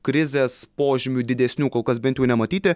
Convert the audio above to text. krizės požymių didesnių kol kas bent jau nematyti